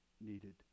needed